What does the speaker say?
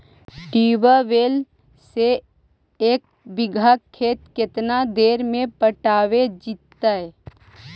Tubewell से एक बिघा खेत केतना देर में पटैबए जितै?